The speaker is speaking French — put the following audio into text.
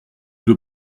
nous